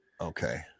okay